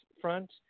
front